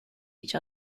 each